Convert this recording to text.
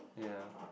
yeah